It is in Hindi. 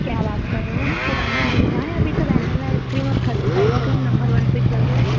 क्या बात कर रहो हो मैडम पुराना नहीं हुआ है अभी तो वेनेला आइसक्रीम और खस्ता आइसक्रीम नंबर वन पे चल रहे है